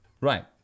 Right